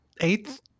eighth